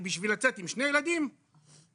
אני בשביל לצאת עם שני ילדים, אין.